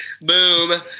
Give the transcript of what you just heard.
Boom